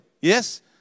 Yes